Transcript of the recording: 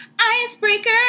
Icebreaker